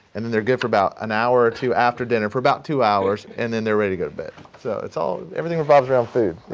and then they're good for about an hour or two after dinner for about two hours. and then they're ready to go to bed. so it's all everything revolves around food.